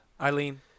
Eileen